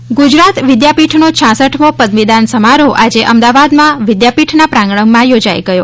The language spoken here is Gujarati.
પદવીદાન ગુજરાત વિદ્યાપીઠનો છાસઠમો પદવીદાન સમારોહ આજે અમદાવાદમાં વિદ્યાપીઠના પ્રાંગણમાં યોજાઇ ગયો